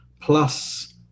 plus